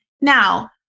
Now